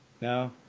No